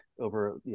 over